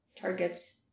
targets